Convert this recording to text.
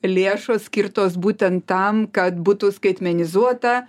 lėšos skirtos būtent tam kad būtų skaitmenizuota